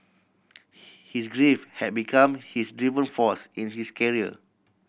his grief had become his driving force in his career